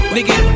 Nigga